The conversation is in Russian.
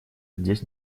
здесь